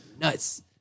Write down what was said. nuts